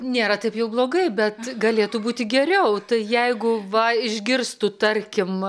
nėra taip jau blogai bet galėtų būti geriau tai jeigu va išgirstų tarkim